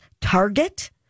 Target